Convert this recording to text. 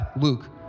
Luke